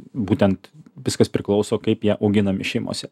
būtent viskas priklauso kaip jie auginami šeimose